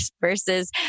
Versus